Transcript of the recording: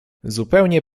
zupełnie